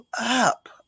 up